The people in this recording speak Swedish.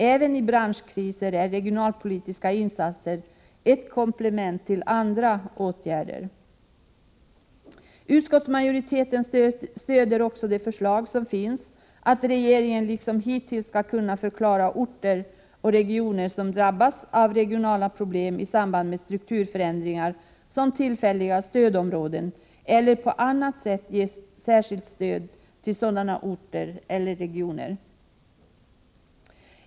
Även i branschkriser är regionalpolitiska insatser ett komplement till andra åtgärder. Utskottsmajoriteten stöder också de förslag som finns att regeringen liksom hittills skall kunna förklara orter och regioner som drabbas av regionala problem i samband med strukturförändringar som tillfälliga stödområden eller på annat sätt ge särskilt stöd till sådana orter eller regioner.